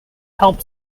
help